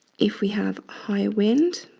if we have high wind,